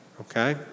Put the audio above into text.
okay